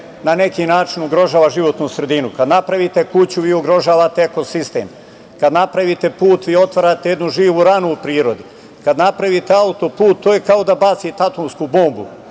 na neki način ugrožava životnu sredinu. Kada napravite kuću vi ugrožavate ekosistem, kada napravite put vi otvarate jednu živu ranu u prirodi, kada napravite autoput to je kao da bacite atomsku bombu